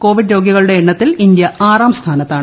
Covid രോഗികളുടെ എണ്ണത്തിൽ India ആറാം സ്ഥാനത്താണ്